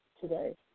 today